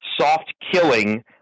soft-killing